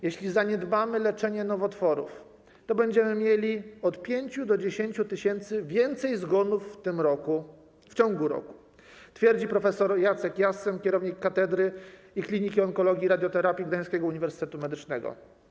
Jeśli zaniedbamy leczenie nowotworów, to będziemy mieli od 5 do 10 tys. więcej zgonów w tym roku, w ciągu roku - tak twierdzi prof. Jacek Jassem, kierownik Katedry i Kliniki Onkologii i Radioterapii Gdańskiego Uniwersytetu Medycznego.